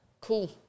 Cool